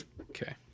Okay